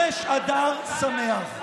תודה, וחודש אדר שמח.